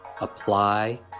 apply